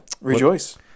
Rejoice